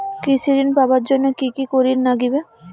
কৃষি ঋণ পাবার জন্যে কি কি করির নাগিবে?